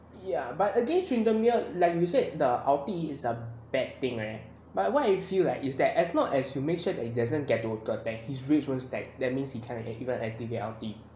ya but again tryndamere like you said the ulti is a bad thing right but what you feel like is that as long as you make sure that it doesn't get to attack his rich runes that that means he cannot even activate ulti